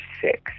six